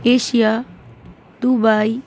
Asia Dubai